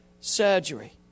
surgery